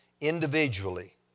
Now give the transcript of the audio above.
individually